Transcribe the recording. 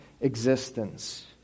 existence